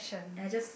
I just